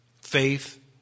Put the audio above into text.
Faith